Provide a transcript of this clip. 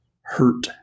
hurt